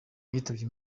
yitabye